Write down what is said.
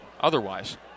Otherwise